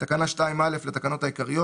את תקנה 2(א) לתקנות העיקריות,